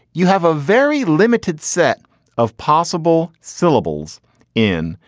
you have a very limited set of possible syllables in,